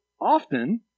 often